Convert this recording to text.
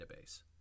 database